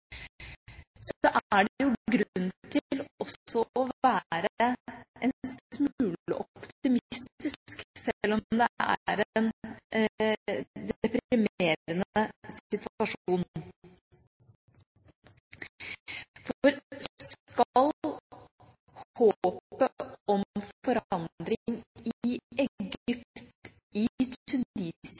er det jo grunn til også å være en smule optimistisk, sjøl om det er en deprimerende situasjon. Skal håpet om forandring i Egypt, i